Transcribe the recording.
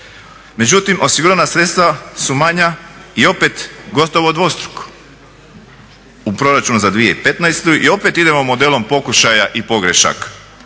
Međutim osigurana sredstva su manja i opet gotovo dvostruko u proračunu za 2015.i opet idemo modelom pokušaja i pogrešaka